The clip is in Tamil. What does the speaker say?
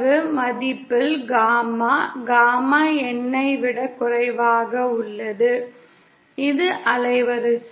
வரம்புமதிப்பில் காமாவின் அளவு காமா N ஐ விட குறைவாக உள்ளது இது பேண்ட் வித்தாகும்